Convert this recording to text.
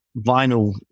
vinyl